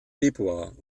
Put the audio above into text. februar